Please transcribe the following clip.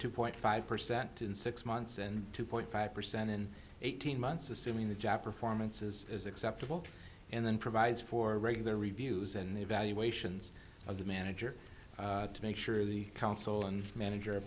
two point five percent in six months and two point five percent in eighteen months assuming the japara formants is as acceptable and then provides for regular reviews and evaluations of the manager to make sure the council and manager